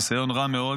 ניסיון רע מאוד.